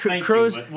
Crows